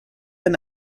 been